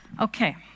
Okay